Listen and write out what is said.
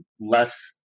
less